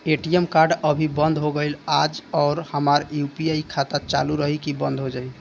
ATM card अभी बंद हो गईल आज और हमार यू.पी.आई खाता चालू रही की बन्द हो जाई?